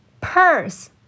Purse